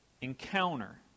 encounter